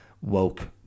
woke